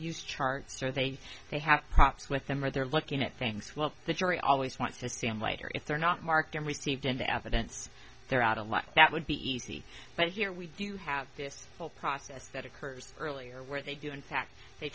use charts are they they have props with them or they're looking at things well the jury always wants to see him light or if they're not marked and received into evidence they're out of luck that would be easy but here we do have this whole process that occurs earlier where they do in fact they